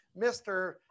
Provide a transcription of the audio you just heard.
Mr